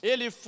Ele